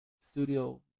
studio